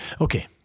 Okay